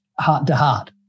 heart-to-heart